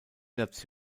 mit